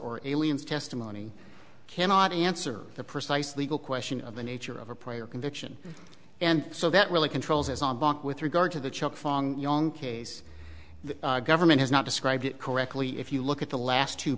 or aliens testimony cannot answer the precise legal question of the nature of a prior conviction and so that really controls on back with regard to the chuck fung young case the government has not described it correctly if you look at the last two